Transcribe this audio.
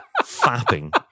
fapping